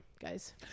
guys